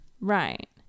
Right